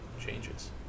changes